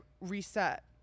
reset